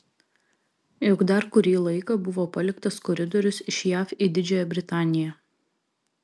juk dar kurį laiką buvo paliktas koridorius iš jav į didžiąją britaniją